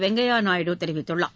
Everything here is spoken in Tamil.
வெங்கையாநாயுடு தெரிவித்துள்ளார்